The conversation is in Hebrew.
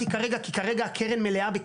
כי הדו"ח הזה יצא במאי,